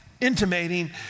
intimating